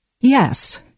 Yes